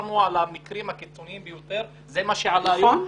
דנו על המקרים הקיצוניים ביותר וזה מה שעלה היום.